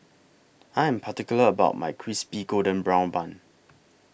I Am particular about My Crispy Golden Brown Bun